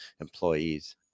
employees